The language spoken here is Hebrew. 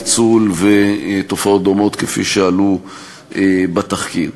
ניצול ותופעות דומות שעלו בתחקיר.